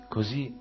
Così